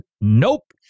Nope